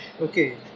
Okay